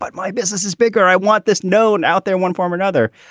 but my business is bigger. i want this known out there. one form or another,